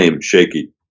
shaky